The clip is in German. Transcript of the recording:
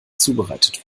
zubereitet